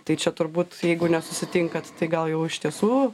tai čia turbūt jeigu nesusitinkat tai gal jau iš tiesų